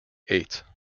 eight